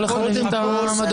כל אחד עם עמדותיו.